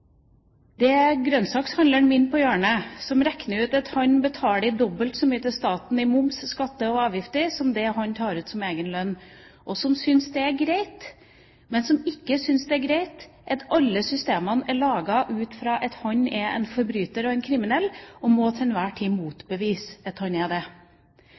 min på hjørnet regner ut at han betaler dobbelt så mye i moms, skatter og avgifter til staten som det han tar ut som egen lønn. Han syns det er greit, men han syns ikke det er greit at alle systemene er laget ut fra at han er en forbryter og kriminell, og til enhver tid må motbevise at han er det.